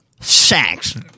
sex